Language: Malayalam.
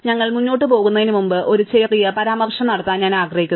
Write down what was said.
ഞങ്ങൾ മുന്നോട്ട് പോകുന്നതിനുമുമ്പ് ഒരു ചെറിയ പരാമർശം നടത്താൻ ഞാൻ ആഗ്രഹിക്കുന്നു